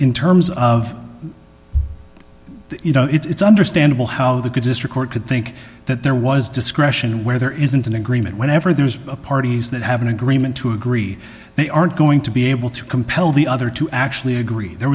in terms of you know it's understandable how the good sister court could think that there was discretion and where there isn't an agreement whenever there's a parties that have an agreement to agree they aren't going to be able to compel the other to actually agree there